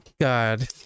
god